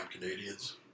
Canadians